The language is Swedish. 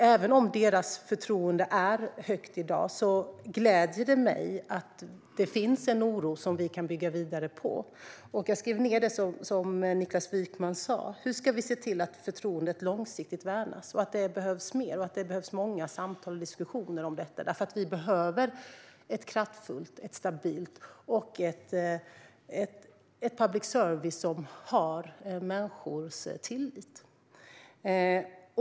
Även om deras förtroende är högt i dag gläder det mig att det finns en oro som vi kan bygga vidare på. Jag skrev ned det som Niklas Wykman sa: Hur ska vi se till att förtroendet långsiktigt värnas? Det behövs mer, och det behövs många samtal och diskussioner om detta. Vi behöver en kraftfull och stabil public service som har människors tillit.